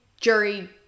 jury